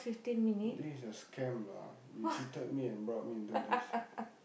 this is a scam lah you cheated me and brought me into this